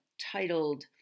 titled